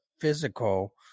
physical